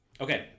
okay